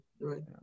right